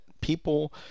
people